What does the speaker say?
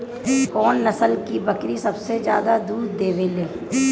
कौन नस्ल की बकरी सबसे ज्यादा दूध देवेले?